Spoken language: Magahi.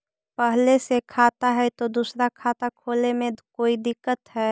पहले से खाता है तो दूसरा खाता खोले में कोई दिक्कत है?